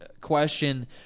question